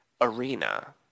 arena